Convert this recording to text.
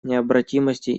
необратимости